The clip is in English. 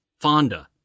Fonda